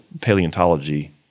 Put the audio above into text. paleontology